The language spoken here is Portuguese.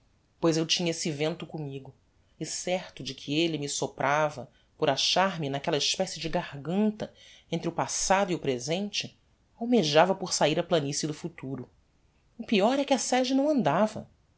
pois eu tinha esse vento commigo e certo de que elle me soprava por achar-me naquella especie de garganta entre o passado e o presente almejava por sair á planicie do futuro o peior é que a sege não andava